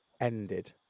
ended